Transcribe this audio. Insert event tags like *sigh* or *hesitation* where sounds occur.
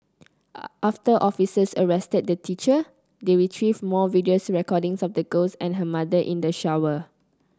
*hesitation* after officers arrested the teacher they retrieved more video recordings of the girls and her mother in the shower